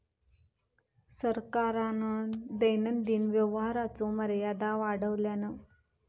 सरकारान दैनंदिन व्यवहाराचो मर्यादा वाढवल्यान